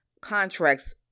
contracts